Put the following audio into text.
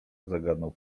zagadnął